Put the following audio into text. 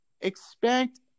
expect